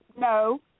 No